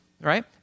right